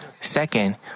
Second